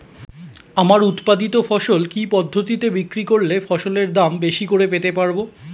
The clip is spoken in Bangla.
আমার উৎপাদিত ফসল কি পদ্ধতিতে বিক্রি করলে ফসলের দাম বেশি করে পেতে পারবো?